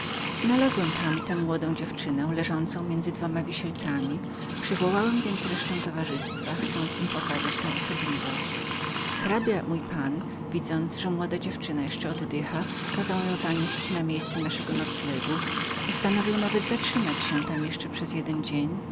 znalazłem tam tę młodą dziewczynę leżącą między dwoma wisielcami zacząłem więc wołać na resztę towarzystwa chcąc im pokazać tę osobliwość hrabia mój pan widząc młodą dziewczynę jeszcze oddychającą kazał ją zanieść na miejsce naszego noclegu postanowił nawet przeczekać jeszcze jeden dzień